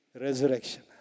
Resurrection